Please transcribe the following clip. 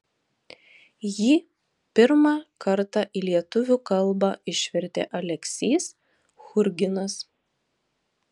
jį pirmą kartą į lietuvių kalbą išvertė aleksys churginas